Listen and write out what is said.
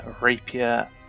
rapier